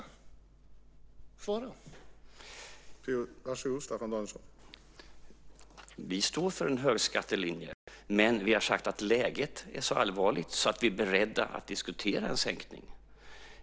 Svara.